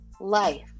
life